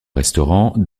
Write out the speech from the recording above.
restaurant